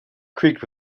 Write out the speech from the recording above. creaked